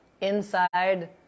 inside